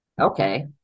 Okay